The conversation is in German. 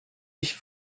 ich